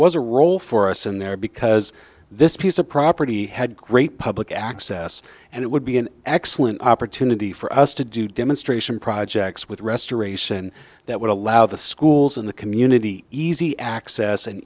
was a role for us in there because this piece of property had great public access and it would be an excellent opportunity for us to do demonstration projects with restoration that would allow the schools in the community easy access and